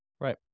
Right